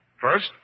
First